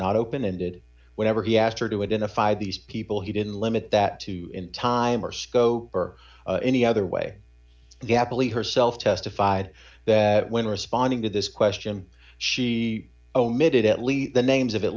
not open ended whenever he asked her to identify these people he didn't limit that to in time or sco or any other way the happily herself testified that when responding to this question she omitted at least the names of at